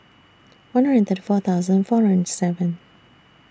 one hundred and thirty four thousand four hundred and seven